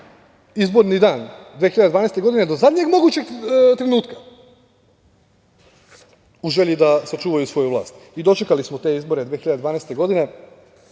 izborni dan 2012. godine do zadnjeg mogućeg trenutka, u želji da sačuvaju svoju vlast. I dočekali smo te izbore 2012. godine